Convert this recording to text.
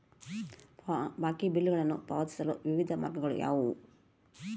ಬಾಕಿ ಬಿಲ್ಗಳನ್ನು ಪಾವತಿಸಲು ವಿವಿಧ ಮಾರ್ಗಗಳು ಯಾವುವು?